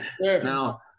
now